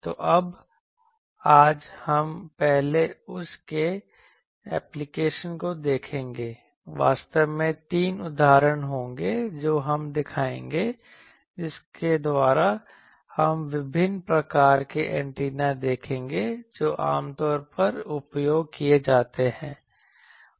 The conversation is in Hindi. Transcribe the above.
तो अब आज हम पहले उस के एप्लीकेशन को देखेंगे वास्तव में तीन उदाहरण होंगे जो हम दिखाएंगे जिसके द्वारा हम विभिन्न प्रकार के एंटीना देखेंगे जो आमतौर पर उपयोग किए जाते हैं